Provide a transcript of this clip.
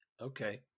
Okay